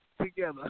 together